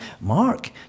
Mark